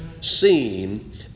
seen